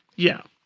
yeah,